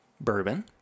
bourbon